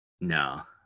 No